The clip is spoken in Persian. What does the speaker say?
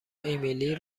امیلی